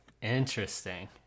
Interesting